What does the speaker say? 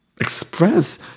express